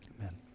Amen